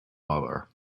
mother